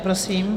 Prosím.